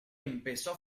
empezó